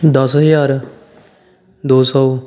ਦਸ ਹਜ਼ਾਰ ਦੋ ਸੌ